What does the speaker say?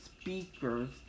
Speakers